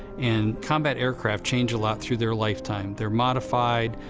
and combat aircraft change a lot through their lifetime. they're modified,